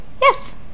Yes